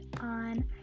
on